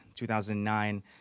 2009